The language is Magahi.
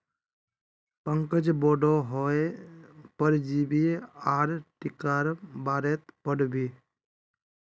पंकज बोडो हय परजीवी आर टीकार बारेत पढ़ बे